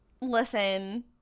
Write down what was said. listen